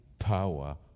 power